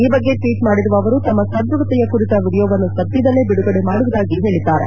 ಈ ಬಗ್ಗೆ ಟ್ವೀಟ್ ಮಾಡಿರುವ ಅವರು ತಮ್ಮ ಸದೃಡತೆಯ ಕುರಿತ ವಿಡಿಯೋವನ್ನು ಸದ್ಯದಲ್ಲೇ ಬಿಡುಗಡೆ ಮಾಡುವುದಾಗಿ ಹೇಳಿದ್ದಾರೆ